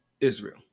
Israel